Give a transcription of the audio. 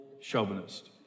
chauvinist